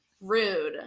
Rude